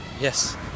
Yes